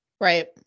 Right